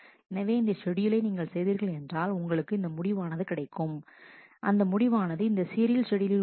எனவே இந்த ஷெட்யூலை நீங்கள் செய்தீர்கள் என்றால் உங்களுக்கு இந்த முடிவானது கிடைக்கும் அந்த முடிவானது இந்த சீரியல் ஷெட்யூலில் உள்ள T3T1T4T2 T5 ஆகும்